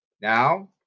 Now